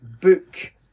book